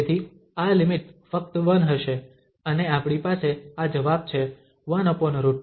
તેથી આ લિમિટ ફક્ત 1 હશે અને આપણી પાસે આ જવાબ છે 1√2π✕eiαa